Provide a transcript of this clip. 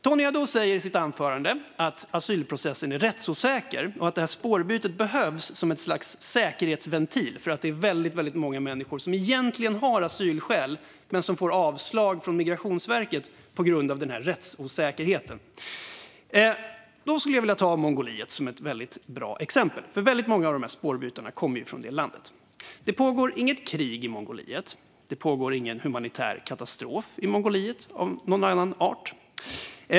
Tony Haddou säger i sitt anförande att asylprocessen är rättsosäker och att spårbytet behövs som en sorts säkerhetsventil därför att det är väldigt många människor som egentligen har asylskäl som får avslag från Migrationsverket på grund av den här rättsosäkerheten. Då skulle jag vilja ta Mongoliet som ett väldigt bra exempel, för många av spårbytarna kommer från det landet. Det pågår inget krig i Mongoliet. Det pågår ingen humanitär katastrof av någon annan art i Mongoliet.